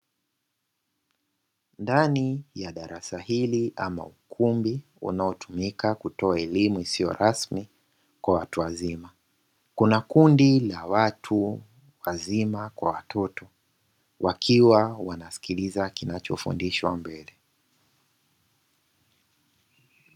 Ndani ya darasa hili ama ukumbi unaotumika kutoa elimu isiyo rasmi kwa watu wazima. Kuna kundi la watu wazima kwa watoto wakiwa wanasikiliza kinachofundishwa mbele.